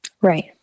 Right